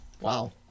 wow